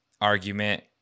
argument